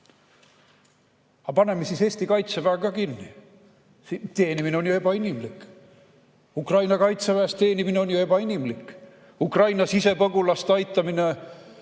Aga paneme siis Eesti Kaitseväe ka kinni. Teenimine on ju ebainimlik. Ukraina kaitseväes teenimine on ju ebainimlik. Ukraina sisepagulaste aitamine,